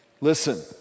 Listen